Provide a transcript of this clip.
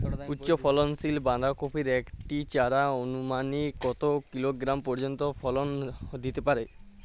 উচ্চ ফলনশীল বাঁধাকপির একটি চারা আনুমানিক কত কিলোগ্রাম পর্যন্ত ফলন দিতে পারে?